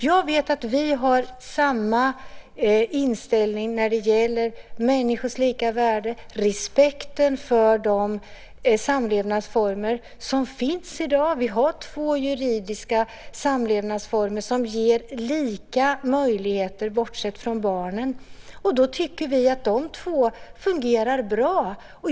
Jag vet att vi har samma inställning till människors lika värde, respekten för de samlevnadsformer som finns i dag. Vi har två juridiska samlevnadsformer som ger lika möjligheter, bortsett från barnen. Vi tycker att de två fungerar bra.